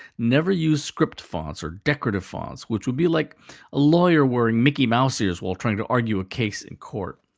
never use script-fonts or decorative fonts, which would be like a lawyer wearing mickey mouse ears while trying to argue a case in court.